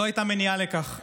לא הייתה מניעה לכך.